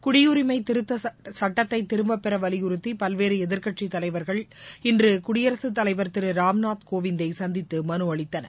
குடியுரிமை திருத்த சுட்டத்தை திரும்பப்பெற வலியுறுத்தி பல்வேறு எதிர்க்கட்சித் தலைவர்கள் இன்று குடியரசுத் தலைவர் திரு ராம்நாத் கோவிந்த் தை சந்தித்து மனு அளித்தனர்